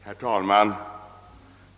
Herr talman!